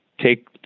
take